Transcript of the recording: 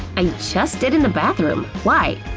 i just did in the bathroom! why?